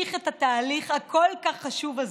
להמשיך את התהליך הכל-כך חשוב הזה,